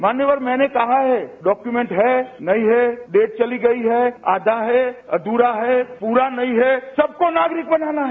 मान्यवर मैंने कहा है डाक्यूमेंट है नहीं है डेट चली गई है आधा है अधूरा है पूरा नहीं है सबको नागरिक बनाना है